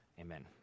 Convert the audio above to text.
Amen